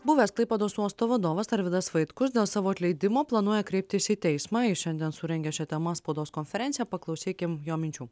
buvęs klaipėdos uosto vadovas arvydas vaitkus dėl savo atleidimo planuoja kreiptis į teismą jis šiandien surengė šia tema spaudos konferenciją paklausykim jo minčių